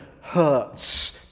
hurts